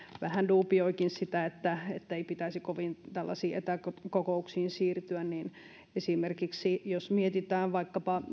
vähän duubioikin että ei pitäisi kovin tällaisiin etäkokouksiin siirtyä esimerkiksi jos mietitään vaikkapa